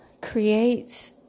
creates